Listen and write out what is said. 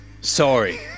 Sorry